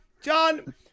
John